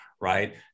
right